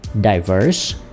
Diverse